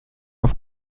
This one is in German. auf